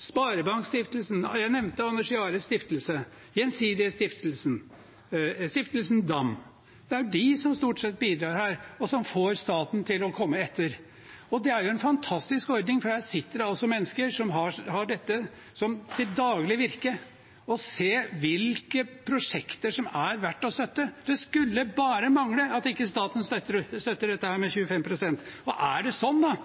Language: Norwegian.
Sparebankstiftelsen, jeg nevnte Anders Jahres Humanitære Stiftelse, Gjensidigestiftelsen, Stiftelsen Dam. Det er de som stort sett bidrar her, og som får staten til å komme etter. Det er en fantastisk ordning, for der sitter det altså mennesker som har dette som sitt daglige virke: å se hvilke prosjekter som er verdt å støtte. Det skulle bare mangle at staten ikke støtter dette med 25 pst.! Er det